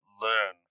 learn